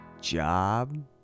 job